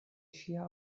ŝia